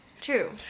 true